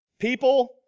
People